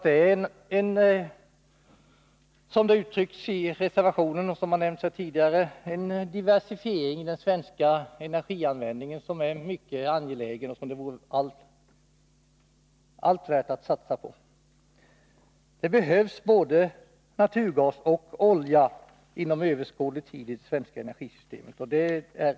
Det är alltså, som det uttrycks i reservationen och som har nämnts här tidigare, fråga om en diversifiering av den svenska energianvändningen, som är mycket angelägen och som det vore värt att satsa på. Både naturgas och olja behövs inom det svenska energisystemet under överskådlig tid.